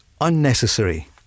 unnecessary